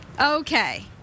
Okay